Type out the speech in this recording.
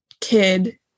kid